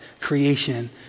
creation